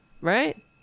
Right